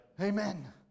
Amen